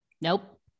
Nope